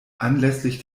anlässlich